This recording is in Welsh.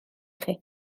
chi